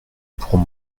pour